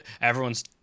everyone's